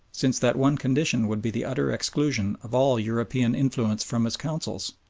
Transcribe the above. since that one condition would be the utter exclusion of all european influence from his councils.